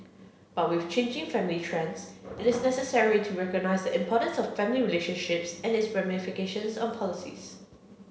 but with changing family trends it is necessary to recognise importance of family relationships and its ramifications on policies